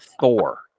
thor